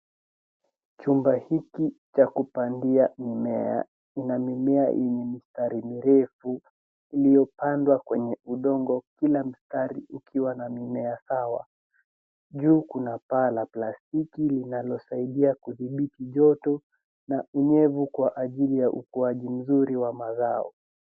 Chumba hiki cha kupandia mimea ina mimea yenye mistari mirefu iliyopandwa kwenye udongo kila mstari ukiwa na mimea sawa. Juu kuna paa la plastiki linalosaidia kuthibiti joto na unyevu kwa ajili ya ukuaji mzuri wa mazao.